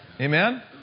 Amen